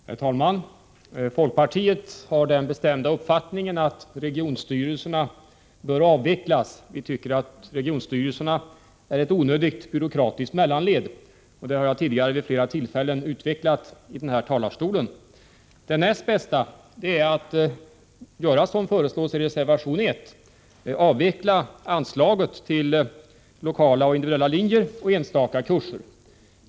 Herr talman! Folkpartiet har den bestämda uppfattningen att regionstyrel ' serna bör avvecklas. Vi tycker att dessa är ett onödigt byråkratiskt mellanled, och det har jag tidigare vid flera tillfällen utvecklat från denna talarstol. Det näst bästa är att göra som föreslås i reservation 1, nämligen avveckla anslaget till lokala och individuella linjer samt enstaka kurser.